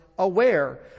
Aware